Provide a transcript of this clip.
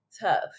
tough